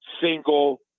single